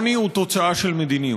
העוני הוא תוצאה של מדיניות.